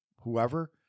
whoever